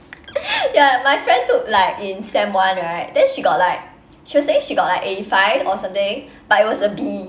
ya my friend took like in sem one right then she got like she was saying she got like eighty five or something but it was a B